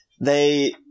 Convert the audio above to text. they-